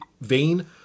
vein